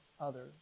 others